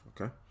Okay